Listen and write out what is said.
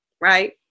right